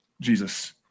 Jesus